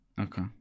Okay